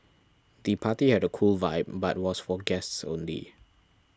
the party had a cool vibe but was for guests only